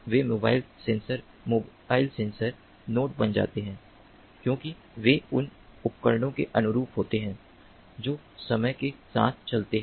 ये mobile sensor mobile sensor node बन जाते हैं क्योंकि वे उन उपकरणों के अनुरूप होते हैं जो समय के साथ चलते हैं